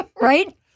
right